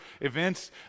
events